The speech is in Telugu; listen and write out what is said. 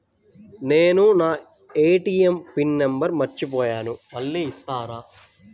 నేను నా ఏ.టీ.ఎం పిన్ నంబర్ మర్చిపోయాను మళ్ళీ ఇస్తారా?